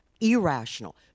irrational